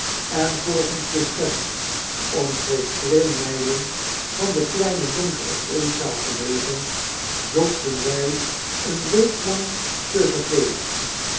en volgens de schets omstreeks twee mylen van de kleine donkere eetzaal gelegen zochten wy een week lang tevergeefs